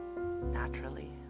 naturally